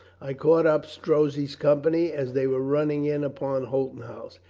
i caught up strozzi's company as they were running in upon holton house.